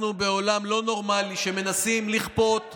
בעולם נורמלי לא היה ראש ממשלה עם כתבי אישום.